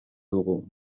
dugu